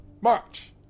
March